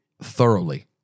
thoroughly